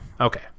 Okay